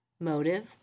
Motive